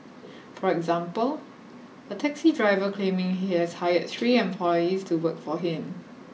for example a taxi driver claiming he has hired three employees to work for him